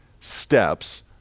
steps